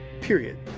Period